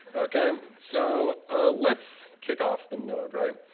um so let's kick off the node, right?